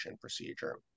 procedure